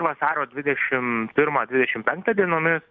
vasario dvidešim pirmą dvidešim penktą dienomis